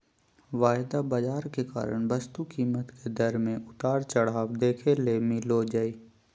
वायदा बाजार के कारण वस्तु कीमत के दर मे उतार चढ़ाव देखे ले मिलो जय